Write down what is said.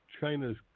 China's